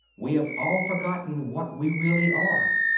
we have all forgotten what we really are.